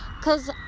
Cause